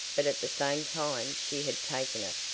but at the same time she had taken it.